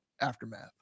aftermath